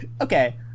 okay